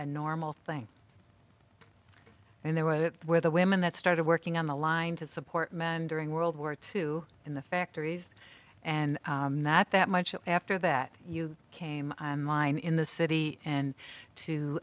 a normal thing and there were that where the women that started working on the line to support men during world war two in the factories and not that much after that you came on line in the city and to